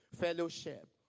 fellowship